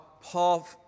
Paul